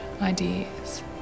ideas